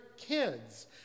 Kids